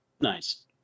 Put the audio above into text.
Nice